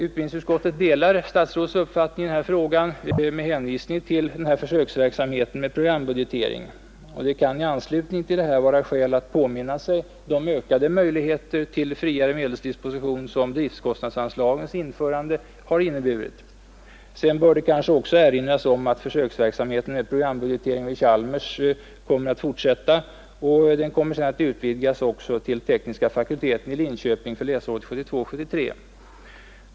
Utbildningsutskottet delar statsrådets uppfattning i denna fråga med hänvisning till försöksverksamheten med programbudgetering. Det kan i anslutning till detta vara skäl att påminna sig de ökade möjligheter till friare medelsdisposition som driftkostnadsanslagens införande inneburit. Det bör också erinras om att försöksverksamheten med programbudgetering vid Chalmers skall fortsätta och utvidgas till tekniska fakulteten i Linköping läsåret 1972/73.